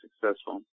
successful